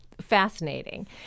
fascinating